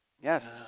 Yes